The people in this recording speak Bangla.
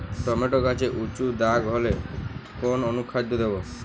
টমেটো গায়ে উচু দাগ হলে কোন অনুখাদ্য দেবো?